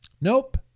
Nope